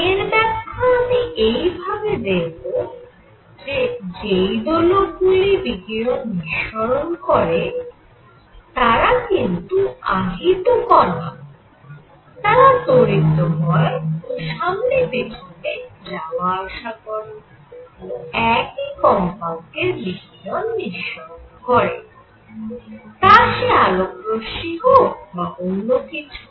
এর ব্যাখ্যা আমি এই ভাবে দেব যে যেই দোলকগুলি বিকিরণ নিঃসরণ করে তারা কিন্তু আহিত কণা তারা ত্বরিত হয় ও সামনে পেছনে যাওয়া আসা করে ও একই কম্পাঙ্কের বিকিরণ নিঃসরণ করে তা সে আলোকরশ্মি হোক বা অন্য কিছু